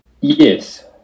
Yes